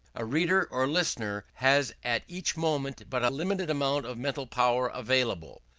a reader or listener has at each moment but a limited amount of mental power available.